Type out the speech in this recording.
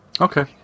Okay